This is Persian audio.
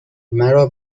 مرا